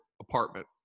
apartment